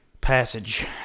passage